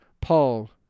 Paul